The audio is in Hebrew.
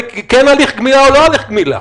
כן הליך גמילה או לא הליך גמילה.